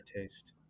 taste